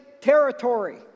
territory